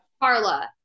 Carla